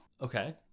Okay